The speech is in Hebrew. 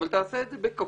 אבל תעשה את זה בכפוף,